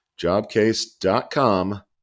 jobcase.com